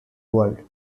world